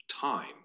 time